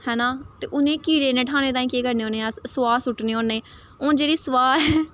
है ना ते उ'नेंगी कीड़े नठाने ताईं केह् करने होन्ने अस स्वाह् सुट्टने होन्ने हून जेह्ड़ी स्वाह् ऐ